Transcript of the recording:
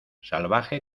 salvaje